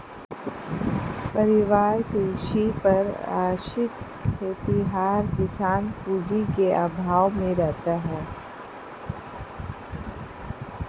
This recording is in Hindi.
पारिवारिक कृषि पर आश्रित खेतिहर किसान पूँजी के अभाव में रहता है